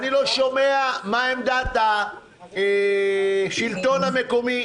אני לא שומע מה עמדת השלטון המקומי.